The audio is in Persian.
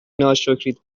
ناشکرید